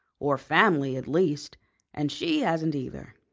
or family, at least and she hasn't either.